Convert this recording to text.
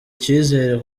icyizere